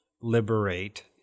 liberate